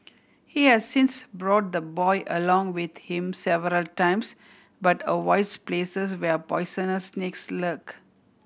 he has since brought the boy along with him several times but avoids places where poisonous snakes lurk